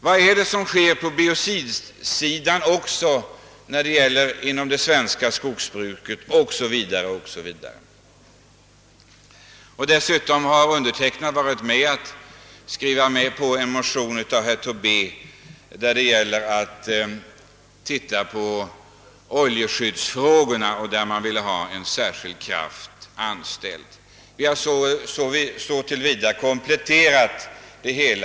Vad är det som sker på biocidsidan inom det svenska skogsbruket o. s. v.? Dessutom har jag varit med om att skriva under en motion av herr Tobé angående oljeskyddsfrågorna, vari det föreslås att en särskild befattningshavare skall anställas för dessa frågor. Vi har alltså på så sätt kompletterat det Herr talman!